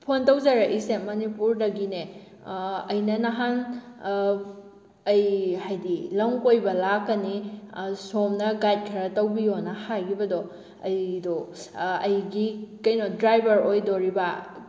phone ꯇꯧꯖꯔꯛꯏꯁꯦ ꯃꯅꯤꯄꯨꯔꯗꯒꯤꯅꯦ ꯑꯩꯅ ꯅꯍꯥꯟ ꯑꯩ ꯍꯥꯏꯗꯤ ꯂꯝ ꯀꯣꯏꯕ ꯂꯥꯛꯀꯅꯤ ꯁꯣꯝꯅ ꯒꯥꯏꯠ ꯈꯔ ꯇꯧꯕꯤꯌꯣꯅ ꯍꯥꯏꯈꯤꯕꯗꯣ ꯑꯩꯗꯣ ꯑꯩꯒꯤ ꯀꯩꯅꯣ ꯗ꯭ꯔꯥꯏꯚꯔ ꯑꯣꯏꯗꯣꯔꯤꯕ